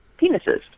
penises